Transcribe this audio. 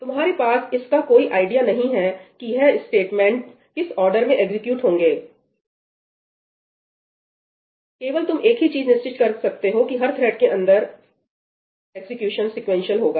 तुम्हारे पास इसका कोई आईडिया नहीं है कि यह स्टेटमेंट किस ऑर्डर में एग्जीक्यूट होंगे केवल तुम एक ही चीज निश्चित कर सकते हो कि हर थ्रेड के अंदर एग्जीक्यूशन सीक्वेंशियल होगा